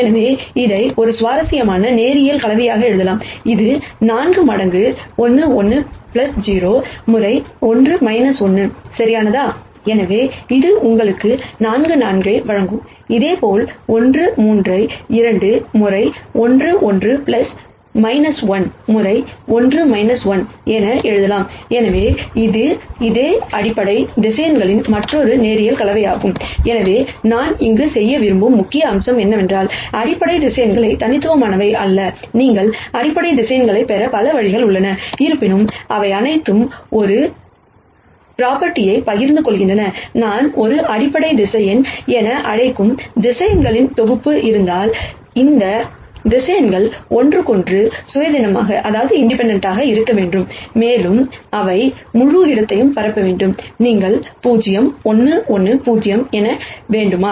எனவே நான் இங்கு செய்ய விரும்பும் முக்கிய அம்சம் என்னவென்றால் அடிப்படை வெக்டர்ஸ் தனித்துவமானவை அல்ல நீங்கள் அடிப்படை வெக்டர்ஸ் பெற பல வழிகள் உள்ளன இருப்பினும் அவை அனைத்தும் ஒரே பிராப்பர்டியை பகிர்ந்து கொள்கின்றன நான் ஒரு அடிப்படை வெக்டர்ஸ் என அழைக்கும் வெக்டர்ஸ் தொகுப்பு இருந்தால் அந்த வெக்டர்ஸ் ஒன்றுக்கொன்று இண்டிபெண்டெண்ட் இருக்க வேண்டும் மேலும் அவை முழு இடத்தையும் பரப்ப வேண்டும் நீங்கள் 0 1 1 0 எடுக்க வேண்டுமா